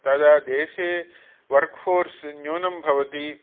तदा देशे work force न्यूनं भवति